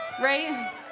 right